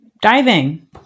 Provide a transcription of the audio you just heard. diving